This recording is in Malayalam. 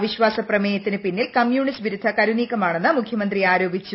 അവിശ്വാസ പ്രമേയത്തിന് പിന്നിൽ കമ്യൂണിസ്റ്റ് വിരുദ്ധ കരുനീക്കമാണെന്ന് മുഖ്യമന്ത്രി ആരോപിച്ചു